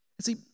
See